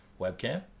webcam